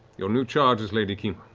your new charge is lady kima,